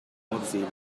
mozilla